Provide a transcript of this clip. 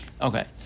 Okay